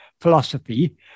philosophy